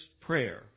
prayer